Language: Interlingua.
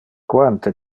quante